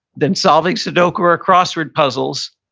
than solving sudoku or ah crossword puzzles.